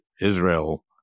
Israel